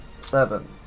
seven